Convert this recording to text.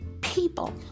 people